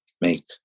make